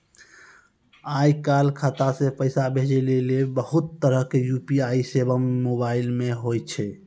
आय काल खाता से पैसा भेजै लेली बहुते तरहो के यू.पी.आई सेबा मोबाइल मे होय छै